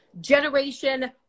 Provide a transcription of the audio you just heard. generation